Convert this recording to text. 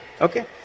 Okay